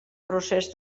procés